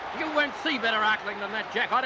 you won't see better arkling than that jack, but